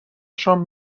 شام